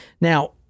Now